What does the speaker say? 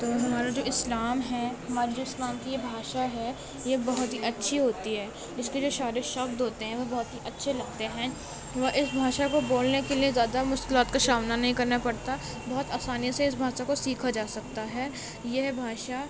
تو ہمارا جو اسلام ہے ہمارے جو اسلام کی یہ بھاشا ہے یہ بہت ہی اچھی ہوتی ہے اس کے جو سارے شبد ہوتے ہیں وہ بہت ہی اچھے لگتے ہیں وہ اس بھاشا کو بولنے کے لیے زیادہ مشکلات کا سامنا نہیں کرنا پڑتا بہت آسانی سے اس بھاشا کو سیکھا جا سکتا ہے یہ بھاشا